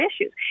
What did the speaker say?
issues